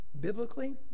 Biblically